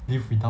live without